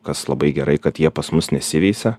kas labai gerai kad jie pas mus nesiveisia